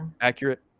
accurate